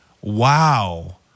wow